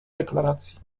deklaracji